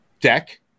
deck